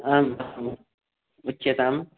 आम् आम् उच्यताम्